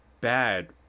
bad